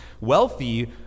Wealthy